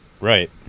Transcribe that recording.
Right